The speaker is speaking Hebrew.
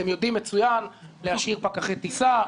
אתם יודעים מצוין להשאיר פקחי טיסה.